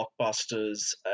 blockbusters